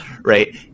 Right